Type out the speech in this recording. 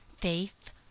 faith